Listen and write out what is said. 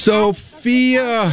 Sophia